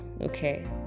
okay